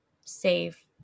save